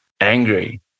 angry